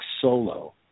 solo